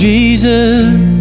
Jesus